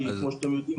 כמו שאתם יודעים,